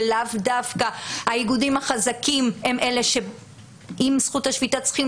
ולאו דווקא האיגודים החזקים הם אלה שעם זכות השביתה צריכים